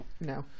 no